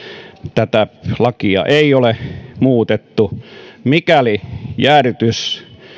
tätä lakia ei ole muutettu mikäli jäädytys